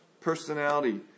personality